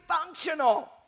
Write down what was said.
functional